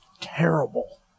terrible